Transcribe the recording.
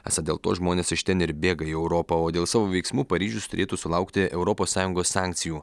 esą dėl to žmonės iš ten ir bėga į europą o dėl savo veiksmų paryžius turėtų sulaukti europos sąjungos sankcijų